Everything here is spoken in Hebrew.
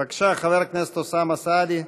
בבקשה, חבר הכנסת אוסאמה סעדי,